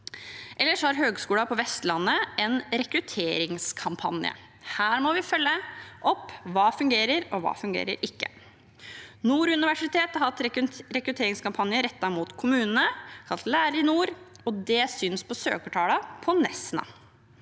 Ellers har Høgskulen på Vestlandet en rekrutteringskampanje. Her må vi følge opp: Hva fungerer, og hva fungerer ikke? Nord universitet har hatt rekrutteringskampanje rettet mot kommunene, kalt LæreriNord, og det synes på søkertallene på Nesna.